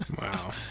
Wow